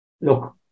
look